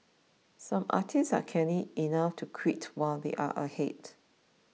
some artists are canny enough to quit while they are ahead